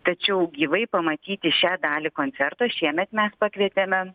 tačiau gyvai pamatyti šią dalį koncerto šiemet mes pakvietėme